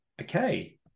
okay